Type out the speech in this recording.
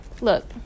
look